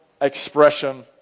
expression